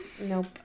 Nope